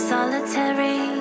Solitary